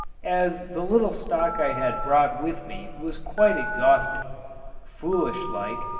as the little stock i had brought with me was quite exhausted foolish-like,